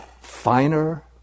finer